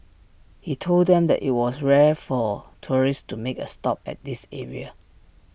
he told them that IT was rare for tourists to make A stop at this area